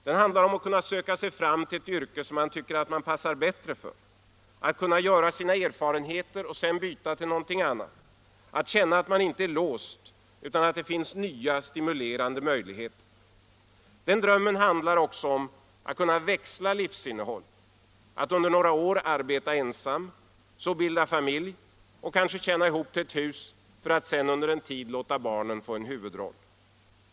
Den handlar om att kunna söka sig fram till ett yrke som man tycker att man passar för, att kunna göra sina erfarenheter och sedan byta till något annat, att känna att man inte är låst utan att det finns nya, stimulerande möjligheter. Den drömmen handlar också om att kunna växla livsinnehåll, att under några år arbeta ensam, så bilda familj och kanske tjäna ihop till ett hus för att sedan under en tid låta barnen få en huvudroll.